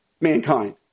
mankind